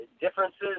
differences